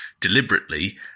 deliberately